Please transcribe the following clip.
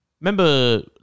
Remember